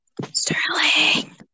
Sterling